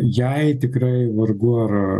jai tikrai vargu ar